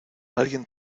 alguien